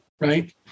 right